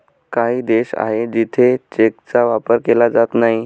काही देश आहे जिथे चेकचा वापर केला जात नाही